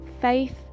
faith